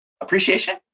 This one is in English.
appreciation